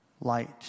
light